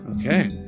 Okay